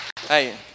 Hey